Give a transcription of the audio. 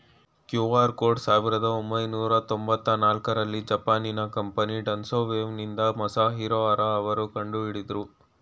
QR code ಸಾವಿರದ ಒಂಬೈನೂರ ತೊಂಬತ್ತ ನಾಲ್ಕುರಲ್ಲಿ ಜಪಾನಿನ ಕಂಪನಿ ಡೆನ್ಸೊ ವೇವ್ನಿಂದ ಮಸಾಹಿರೊ ಹರಾ ಅವ್ರು ಕಂಡುಹಿಡಿದ್ರು